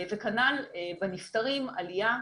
כנ"ל בנפטרים: עלייה.